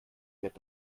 wird